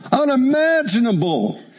unimaginable